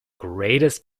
greatest